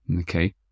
okay